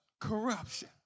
corruption